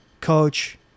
coach